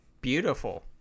beautiful